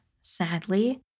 sadly